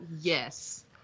yes